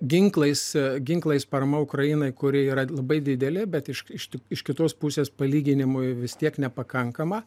ginklais ginklais parama ukrainai kuri yra labai didelė bet iš iš kitos iš kitos pusės palyginimui vis tiek nepakankama